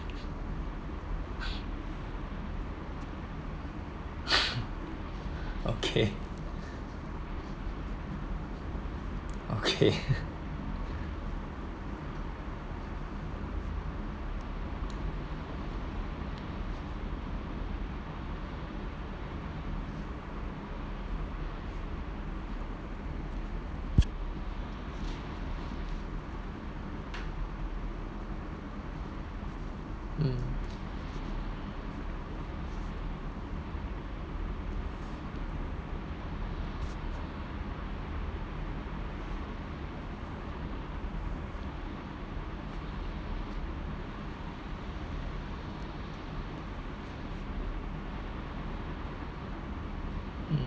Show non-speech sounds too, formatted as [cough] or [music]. [laughs] okay okay [laughs] um